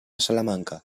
salamanca